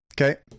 Okay